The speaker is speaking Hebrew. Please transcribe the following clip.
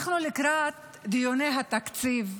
אנחנו לקראת דיוני התקציב,